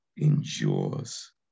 endures